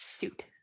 shoot